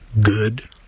good